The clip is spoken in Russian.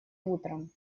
утром